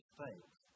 faith